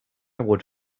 would